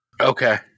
Okay